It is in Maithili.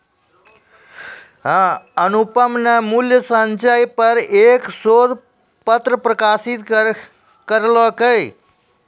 अनुपम न मूल्य संचय पर एक शोध पत्र प्रकाशित करलकय